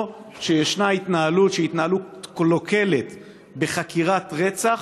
או שישנה התנהלות שהיא התנהלות קלוקלת בחקירת רצח,